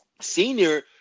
senior